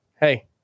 hey